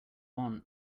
want